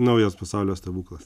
naujas pasaulio stebuklas